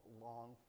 long